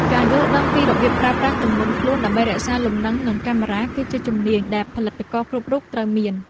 ការយល់ដឹងពីរបៀបប្រើប្រាស់ទម្ងន់ខ្លួនដើម្បីរក្សាលំនឹងកាមេរ៉ាគឺជាជំនាញដែលផលិតករគ្រប់រូបត្រូវមាន។